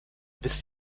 wisst